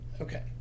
Okay